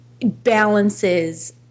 balances